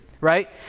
right